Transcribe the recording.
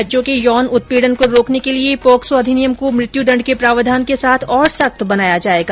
बच्चों के यौन उत्पीडन को रोकने के लिये पोक्सो अधिनियम को मृत्यु दण्ड के प्रावधान के साथ और सख्त बनाया जायेगा